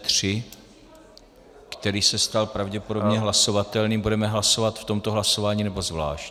A bod C3, který se stal pravděpodobně hlasovatelný, budeme hlasovat v tomto hlasování, nebo zvlášť?